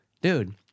dude